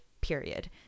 period